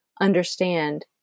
understand